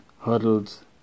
hurdles